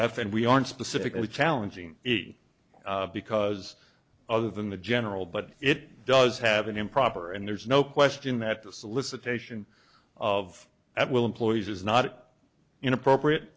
and we aren't specifically challenging easy because other than the general but it does have an improper and there's no question that the solicitation of at will employees is not inappropriate